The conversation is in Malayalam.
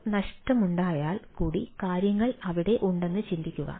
ഒരു നഷ്ടമുണ്ടായാൽ കൂടി കാര്യങ്ങൾ അവിടെ ഉണ്ടെന്ന് ചിന്തിക്കുക